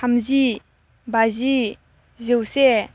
थामजि बाजि जौसे